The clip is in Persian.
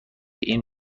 این